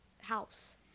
house